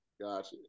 Gotcha